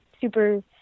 super